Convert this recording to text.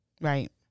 Right